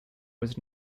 was